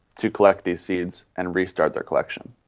to collect these seeds and restart their collection.